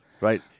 right